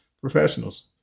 professionals